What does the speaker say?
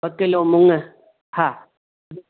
kilo मुंग हा